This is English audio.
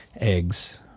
eggs